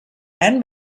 and